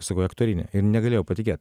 sakau į aktorinį ir negalėjau patikėt